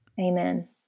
Amen